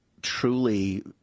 truly